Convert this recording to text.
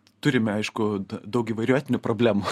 turime aišku da daug įvairių etinių problemų